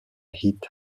hit